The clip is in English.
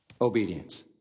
obedience